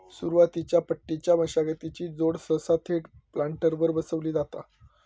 सुरुवातीच्या पट्टीच्या मशागतीची जोड सहसा थेट प्लांटरवर बसवली जाता